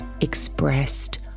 expressed